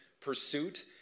pursuit